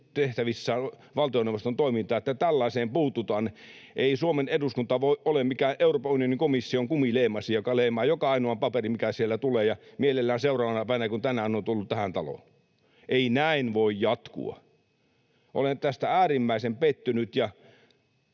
tehtävissään valtioneuvoston toimintaa niin, että tällaiseen puututaan. Ei Suomen eduskunta ole mikään Euroopan unionin komission kumileimasin, joka leimaa joka ainoan paperin, mikä sieltä tulee, ja mielellään seuraavana päivänä, kun tänään on tullut tähän taloon. Ei näin voi jatkua. Olen tästä äärimmäisen pettynyt, ja